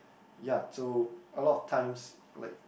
ya so a lot of times like